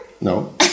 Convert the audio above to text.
No